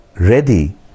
ready